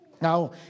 Now